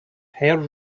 hair